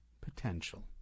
potential